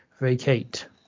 vacate